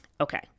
okay